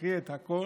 להקריא את הכול,